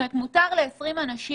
זאת אומרת, מותר לעשרים אנשים.